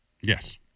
Yes